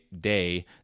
day